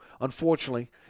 unfortunately